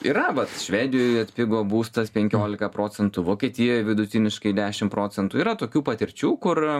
yra vat švedijoje atpigo būstas penkiolika procentų vokietijoj vidutiniškai dešim procentų yra tokių patirčių kur